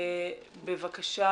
אני